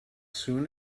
soon